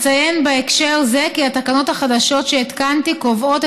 אציין בהקשר זה כי התקנות החדשות שהתקנתי קובעות